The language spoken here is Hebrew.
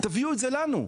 תביאו אותו לנו.